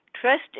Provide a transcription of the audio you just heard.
trust